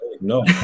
No